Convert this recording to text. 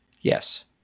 Yes